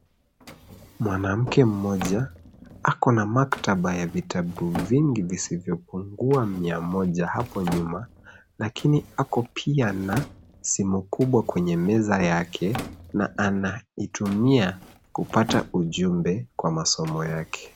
Mwanamke mmoja ako na maktaba ya vitabu vingi visivyopungua mia moja hapo nyuma, lakini ako pia na simu kubwa kwenye meza yake, na anaitumia kupata ujumbe kwa masomo yake.